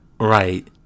Right